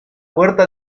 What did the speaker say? puerta